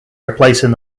replacing